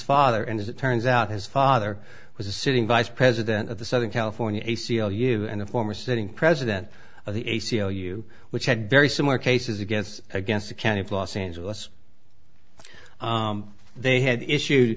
father and as it turns out his father was a sitting vice president of the southern california a c l u and a former sitting president of the a c l u which had very similar cases against against the county of los angeles they had issue